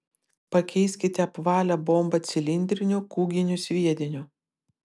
pakeiskite apvalią bombą cilindriniu kūginiu sviediniu